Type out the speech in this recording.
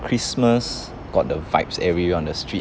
christmas got the vibes every year on the street